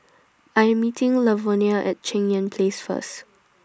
I Am meeting Lavonia At Cheng Yan Place First